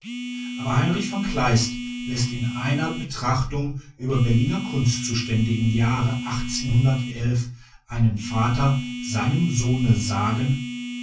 aber heinrich v kleist läßt in einer betrachtung über berliner kunstzustände im jahre einen vater seinem sohne sagen